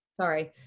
Sorry